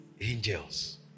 Angels